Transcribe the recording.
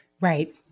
Right